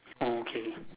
okay